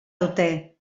dute